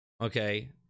okay